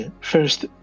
First